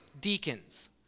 deacons